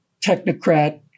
technocrat